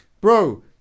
Bro